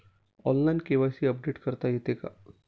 Online KYC update करता येते का?